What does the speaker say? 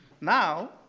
Now